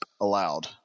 allowed